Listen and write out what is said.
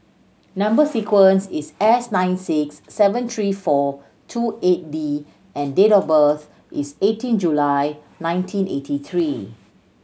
number sequence is S nine six seven three four two eight D and date of birth is eighteen July nineteen eighty three